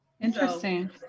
interesting